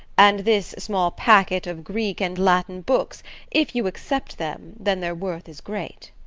and this small packet of greek and latin books if you accept them then their worth is great.